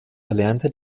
erlernte